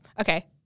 Okay